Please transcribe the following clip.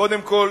קודם כול,